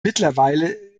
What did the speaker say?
mittlerweile